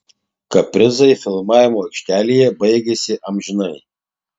kaprizai filmavimo aikštelėje baigėsi amžinai